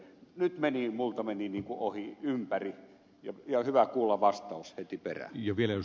nyt minulta meni niin kuin ohi ympäri ja hyvä kuulla vastaus heti perään